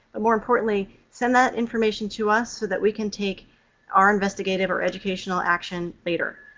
more importantly, send that information to us so that we can take our investigative or educational action later.